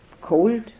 Cold